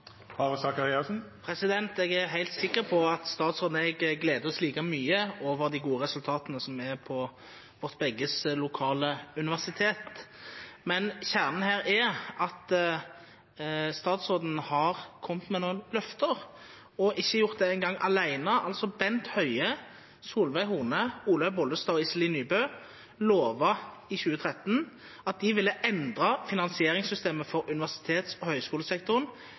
Jeg er helt sikker på at statsråden og jeg gleder oss like mye over de gode resultatene ved vårt begges lokale universitet. Men kjernen her er at statsråden har kommet med noen løfter, og ikke engang vært alene om det. Bent Høie, Solveig Horne, Olaug V. Bollestad og Iselin Nybø lovet i 2013 at de ville «endre finansieringssystemet for universitets- og høyskolesektoren